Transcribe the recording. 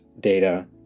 data